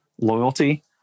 loyalty